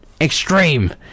extreme